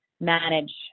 manage